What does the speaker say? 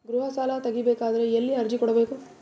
ಗೃಹ ಸಾಲಾ ತಗಿ ಬೇಕಾದರ ಎಲ್ಲಿ ಅರ್ಜಿ ಕೊಡಬೇಕು?